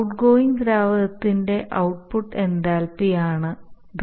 outgoing ദ്രാവകത്തിന്റെ output എന്തൽപിയാണിത്